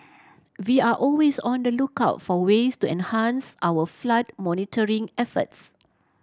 we are always on the lookout for ways to enhance our flood monitoring efforts